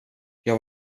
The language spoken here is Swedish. jag